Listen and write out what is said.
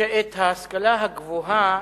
שאת ההשכלה הגבוהה,